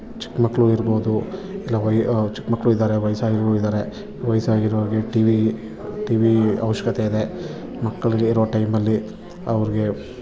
ಚಿಕ್ಕ ಮಕ್ಕಳು ಇರ್ಬೋದು ಇಲ್ಲ ವೈ ಚಿಕ್ಕಮಕ್ಕಳಿದ್ದಾರೆ ವೈಸಾಗಿರೋರಿದಾರೆ ವೈಸಾಗಿರೋರಿಗೆ ಟಿ ವಿ ಟಿ ವಿ ಅವಶ್ಯಕತೆಯಿದೆ ಮಕ್ಕಳಿಗೆ ಇರೋ ಟೈಮಲ್ಲಿ ಅವ್ರಿಗೆ